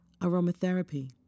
aromatherapy